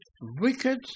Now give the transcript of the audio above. Wicked